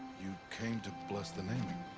you came to bless the naming?